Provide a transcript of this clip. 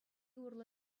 урлӑ